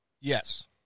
Yes